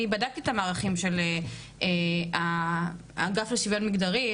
אני בדקתי את המערכים של האגף לשוויון מגדרי,